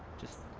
just